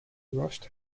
rushed